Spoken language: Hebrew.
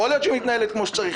יכול להיות שהיא מתנהלת כמו שצריך,